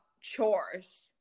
chores